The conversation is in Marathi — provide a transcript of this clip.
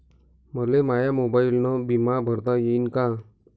मले माया मोबाईलनं बिमा भरता येईन का?